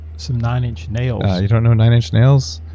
some nine inch nails? you don't know nine inch nails?